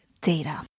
data